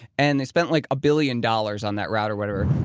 and they spent like a billion dollars on that route or whatever.